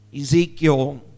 Ezekiel